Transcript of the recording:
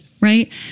Right